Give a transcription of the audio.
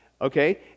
okay